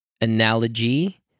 analogy